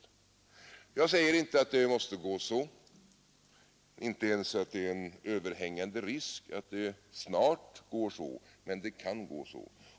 Jag säger inte att det måste gå så, inte ens att det är en överhängande risk för att det snart går så, men det kan gå så.